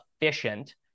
efficient